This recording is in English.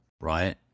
right